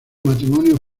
matrimonio